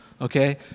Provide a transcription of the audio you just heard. okay